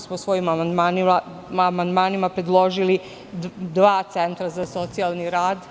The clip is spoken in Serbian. Svojim amandmanima smo predložili dva centra za socijalni rad.